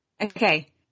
okay